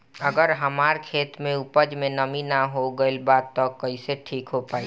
अगर हमार खेत में उपज में नमी न हो गइल बा त कइसे ठीक हो पाई?